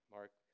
Mark